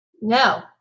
No